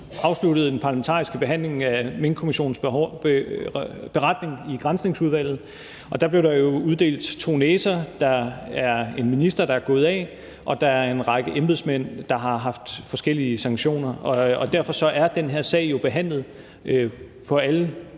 afsluttede den parlamentariske behandling af Minkkommissionens beretning i Granskningsudvalget. Og der blev der jo uddelt to næser. Der er en minister, der er gået af, og der er en række embedsmænd, der har fået forskellige sanktioner, og derfor er den her sag jo behandlet på alle